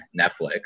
Netflix